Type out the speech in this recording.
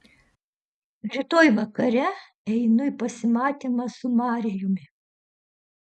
rytoj vakare einu į pasimatymą su marijumi